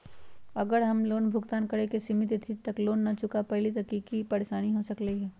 अगर हम लोन भुगतान करे के सिमित तिथि तक लोन न चुका पईली त की की परेशानी हो सकलई ह?